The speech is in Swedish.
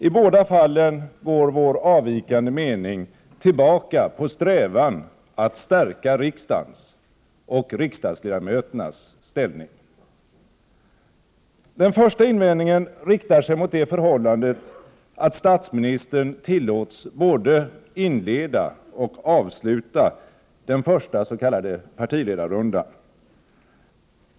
I båda fallen går vår avvikande mening tillbaka på strävan att stärka riksdagens — och riksdagsledamöternas — ställning. Den första invändningen riktar sig mot det förhållandet att statsministern tillåts både inleda och avsluta den första s.k. partiledarrundan.